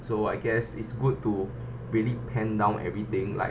so I guess it's good to really pen down everything like